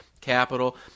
capital